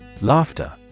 Laughter